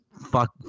fuck